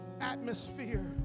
atmosphere